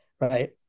right